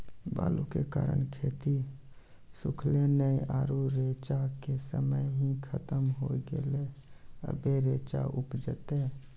बालू के कारण खेत सुखले नेय आरु रेचा के समय ही खत्म होय गेलै, अबे रेचा उपजते?